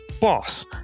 Boss